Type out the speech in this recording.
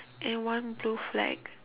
and one blue flag